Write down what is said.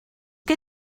que